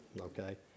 okay